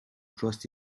trust